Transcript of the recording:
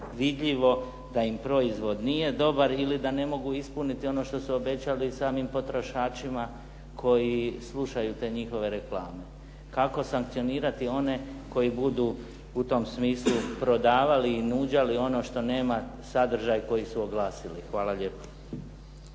vidljivo da im proizvod nije dobar ili da ne mogu ispuniti ono što su obećali samim potrošačima koji slušaju te njihove reklame. Kako sankcionirati one koji budu u tom smislu prodavali i nuđali ono što nema sadržaj koji su oglasili. Hvala lijepo.